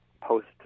post